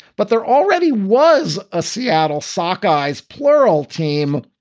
but there already was a seattle sock i's plural team,